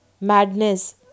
madness